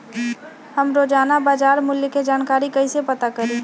हम रोजाना बाजार मूल्य के जानकारी कईसे पता करी?